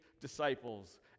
disciples